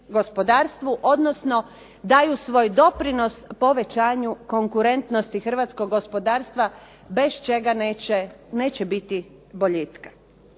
gospodarstvu odnosno daju svoj doprinos povećanju konkurentnosti hrvatskog gospodarstva bez čega neće biti boljitka.